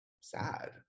sad